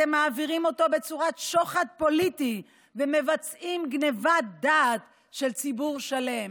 אתם מעבירים אותו בצורת שוחד פוליטי ומבצעים גנבת דעת של ציבור שלם.